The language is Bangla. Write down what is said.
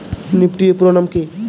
নিফটি এর পুরোনাম কী?